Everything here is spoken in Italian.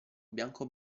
bianco